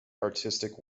artistic